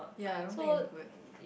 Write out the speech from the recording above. ya I don't think it's good